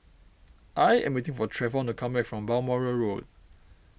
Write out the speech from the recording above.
I am waiting for Travon to come back from Balmoral Road